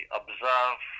observe